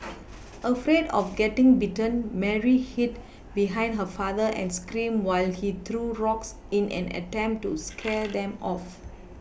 afraid of getting bitten Mary hid behind her father and screamed while he threw rocks in an attempt to scare them of